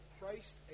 Christ